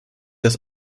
das